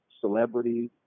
celebrities